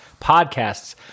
podcasts